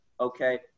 Okay